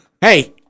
Hey